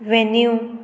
venue